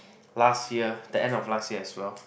last year the end of last year as well